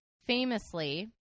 Famously